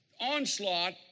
onslaught